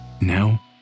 Now